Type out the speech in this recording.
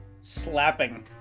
Slapping